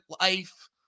life